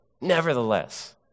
nevertheless